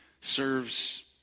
serves